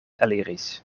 eliris